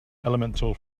elemental